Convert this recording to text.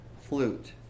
flute